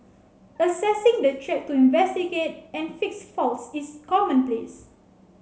accessing the track to investigate and fix faults is commonplace